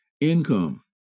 income